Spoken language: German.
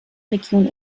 region